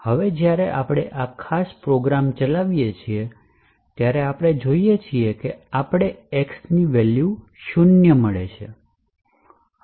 હવે જ્યારે આપણે આ ખાસ પ્રોગ્રામ ચલાવીએ છીએ ત્યારે આપણે જોઈએ છીએ કે આપણને x ની વેલ્યુ શૂન્ય મળે છે